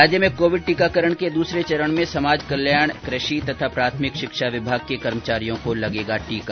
राज्य में कोविड टीकाकरण के दूसरे चरण में समाज कल्याण कृषि तथा प्राथमिक शिक्षा विभाग के कर्मचारियों को लगेगा टीका